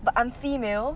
but I'm female